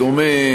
בדומה,